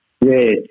Yes